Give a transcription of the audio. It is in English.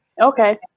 okay